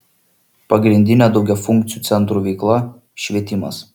pagrindinė daugiafunkcių centrų veikla švietimas